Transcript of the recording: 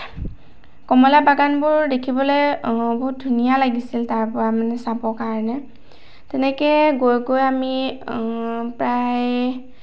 কমলা বাগানবোৰ দোখিবলৈ বহুত ধুনীয়া লাগিছিল তাৰপৰা মানে চাবৰ কাৰণে তেনেকৈ গৈ গৈ আমি প্ৰায়